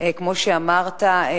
כמו שאמרת,